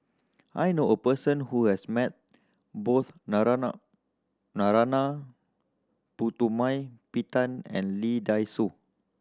I know a person who has met both Narana Narana Putumaippittan and Lee Dai Soh